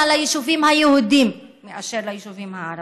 ליישובים היהודיים מאשר ליישובים הערביים,